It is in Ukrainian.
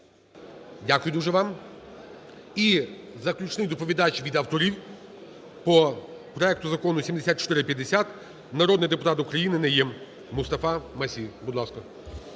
Дякую дуже вам. І заключний доповідач від авторів по проекту Закону 7450 народний депутат України Найєм Мустафа-Масі.